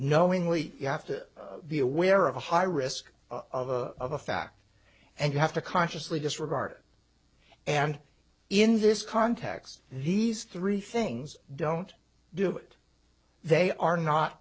knowingly you have to be aware of a high risk of a of a fact and you have to consciously disregard it and in this context these three things don't do it they are not